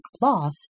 loss